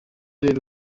rero